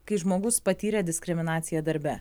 kai žmogus patyria diskriminaciją darbe